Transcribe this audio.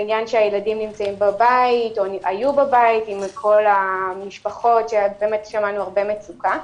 בעניין שהילדים היו בבית עם כל המשפחות ושמענו על הרבה מצוקה.